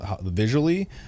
visually